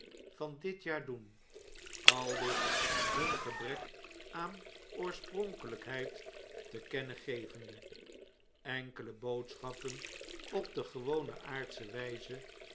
van dit jaar doen aldus hun gebrek aan oorspronkelijkheid te kennen gevende enkele boodschappen op de gewone aardsche wjjze